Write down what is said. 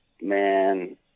man